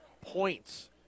points